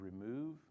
remove